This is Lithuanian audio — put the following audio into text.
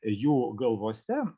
jų galvose